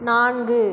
நான்கு